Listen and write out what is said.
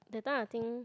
that time I think